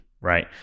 Right